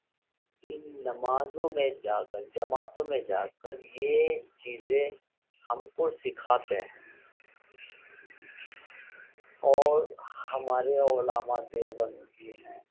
ان نمازوں میں جا کر جماعتوں میں جا کر یہ چیزیں ہم کو سکھاتے ہیں اور ہمارے علماء دیوبند جی ہیں